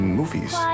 movies